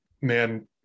man